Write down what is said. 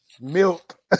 milk